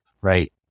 right